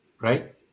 right